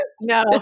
No